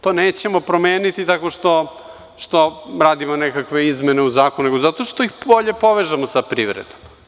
To nećemo promeniti tako što radimo nekakve izmene u zakonu, nego zato što ih bolje povežemo sa privredom.